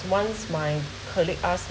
once my colleague ask